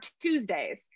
Tuesdays